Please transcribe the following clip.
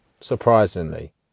Surprisingly